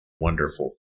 Wonderful